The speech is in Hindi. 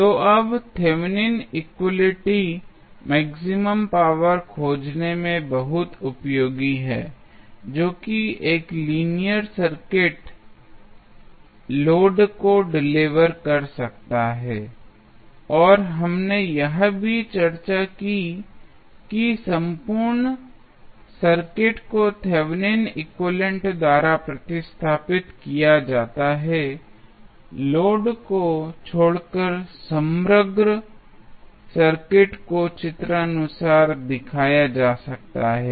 तो अब थेवेनिन इक्वलिटी मैक्सिमम पावर खोजने में बहुत उपयोगी है जो की एक लीनियर सर्किट लोड को डिलीवर कर सकता है और हमने यह भी चर्चा की कि संपूर्ण सर्किट को थेवेनिन एक्विवैलेन्ट Thevenins equivalent द्वारा प्रतिस्थापित किया जाता है लोड को छोड़कर समग्र सर्किट को चित्र अनुसार दिखाया जा सकता है